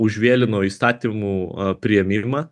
užvėlino įstatymų priėmimą